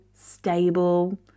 stable